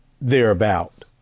thereabout